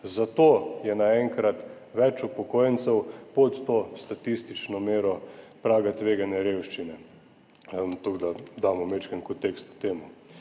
zato je naenkrat več upokojencev pod to statistično mero praga tveganja revščine. Toliko, da damo majčkeno kontekst temu.